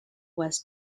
was